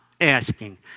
asking